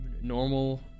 normal